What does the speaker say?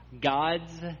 God's